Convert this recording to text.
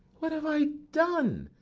what have i done,